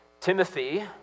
Timothy